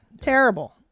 Terrible